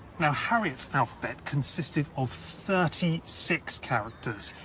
now harriot's alphabet consisted of thirty six characters,